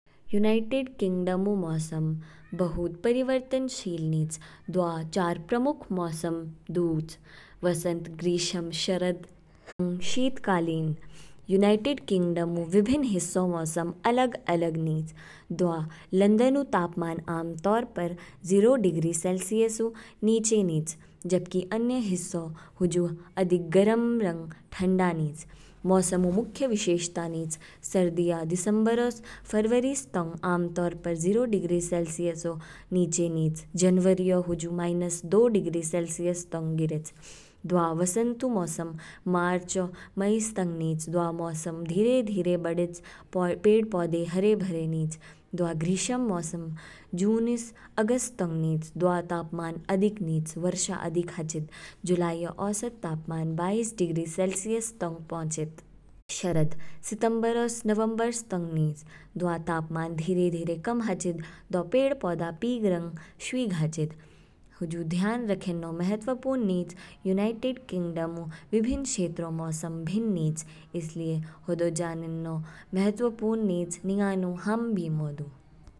United Kingdom ऊ मौसम बहुत परिवर्तनशील निच, दवा चार मुख्य मौसम दुच, वसंत, ग्रीष्म, शरद शीतकालीन। यूनाइटेड किंगडम ऊ विभिन्न हिस्सों मौसम अलग अलग निच। दवा लंदन ऊ तापमान आमतौर पर जीरो डिग्री सेलसियस ऊ नीचे निच, जबकि अन्य हिस्सों हुजु अधिक गर्म रंग ठंडा निच। मौसम ऊ मुख्य विशेषता नीच। सर्दियाँ, दिसंबर से फरवरी तंग आमतौर पर जीरो डिग्री सेलसियस नीचे निच, जनवरीऔ हुजु माइनस दो डिग्री सेलसियस तंग गिरेच। दवा वसंत ऊ मौसम मार्च ओ मई तंग निच दवा मौसम धीरे धीरे बढ़ेच, पेड़ पौधे हरेभरे निच। दवा ग्रीष्म मौसम जून इस अगस्त तंग निच, दवा तापमान अधिक निच, वर्षा अधिक हाचिद, जुलाईऔ औसत तापमान बाईस डिग्री सेलसियस तंग पहुँचेद। शरद, सितंबरस नवंबर तंग नीज, दवा तापमान धीरे धीरे कम हाचिद दौ पेड़ पौधे पीग रंग शवीग हाचिद। हुजु ध्यान रखेन्नौ महत्वपूर्ण निच यूनाइटेड किंगडम ऊ विभिन्न क्षेत्रों मौसम भिन्न निच, इसलिए हदौ जानेन्नो महत्वपूर्ण निच निंगानु हाम बीमौ दु|